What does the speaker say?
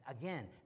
again